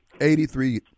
Eighty-three